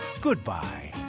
Goodbye